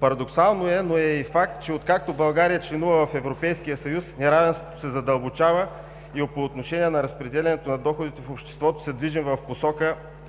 Парадоксално е, но е и факт, че откакто България членува в Европейския съюз, неравенството се задълбочава и по отношение на разпределянето на доходите в обществото се движим в посока,